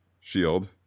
shield